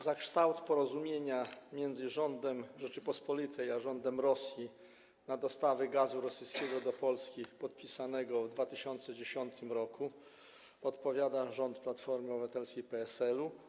Za kształt porozumienia między rządem Rzeczypospolitej a rządem Rosji na dostawy gazu rosyjskiego do Polski podpisanego w 2010 r. odpowiada rząd Platformy Obywatelskiej i PSL-u.